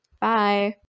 Bye